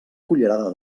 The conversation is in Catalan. cullerada